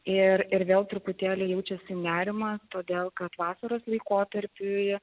ir ir vėl truputėlį jaučiasi nerimas todėl kad vasaros laikotarpiu jie